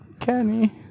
Kenny